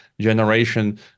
generation